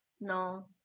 No